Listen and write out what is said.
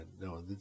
no